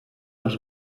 els